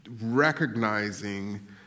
recognizing